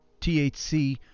thc